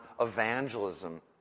evangelism